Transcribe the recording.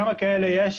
כמה כאלה יש?